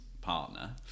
partner